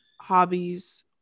hobbies